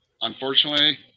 unfortunately